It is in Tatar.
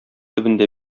төбендә